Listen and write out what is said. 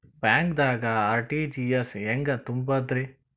ಬ್ಯಾಂಕ್ದಾಗ ಆರ್.ಟಿ.ಜಿ.ಎಸ್ ಹೆಂಗ್ ತುಂಬಧ್ರಿ?